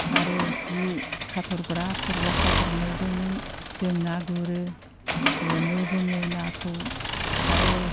आरो जि खाथबग्रा खर'आव खाथ'बनो जोंनि जों ना गुरो हमो जोङो नाखौ आरो